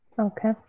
Okay